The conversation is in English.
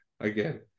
again